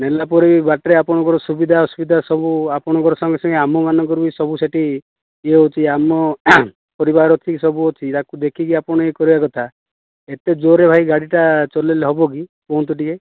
ନେଲା ପରେ ବି ବାଟ ରେ ଆପଣଙ୍କର ସୁବିଧା ଅସୁବିଧା ସବୁ ଆପଣଙ୍କର ସଙ୍ଗେ ସଙ୍ଗେ ଆମ ମାନଙ୍କର ବି ସବୁ ସେଇଠି ଇଏ ହେଉଛି ଆମ ପରିବାର ସବୁଅଛି ଦେଖିକି ଆପଣ ଇଏ କରିବା କଥା ଏତେ ଜୋରରେ ଭାଇ ଗାଡ଼ିଟା ଚଲେଇଲେ ହେବ କି କୁହନ୍ତୁ ଟିକେ